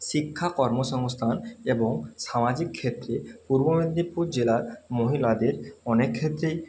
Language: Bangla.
শিক্ষা কর্মসংস্থান এবং সামাজিক ক্ষেত্রে পূর্ব মেদিনীপুর জেলার মহিলাদের অনেক ক্ষেত্রেই